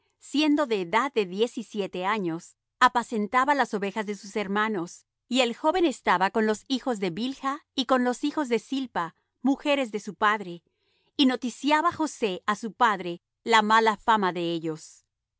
siendo de edad de diez y siete años apacentaba las ovejas con sus hermanos y el joven estaba con los hijos de bilha y con los hijos de zilpa mujeres de su padre y noticiaba josé á su padre la mala fama de ellos